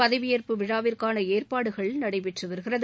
பதவியேற்பு விழாவிற்கான ஏற்பாடுகள் நடைபெற்று வருகிறது